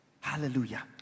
Hallelujah